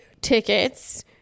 tickets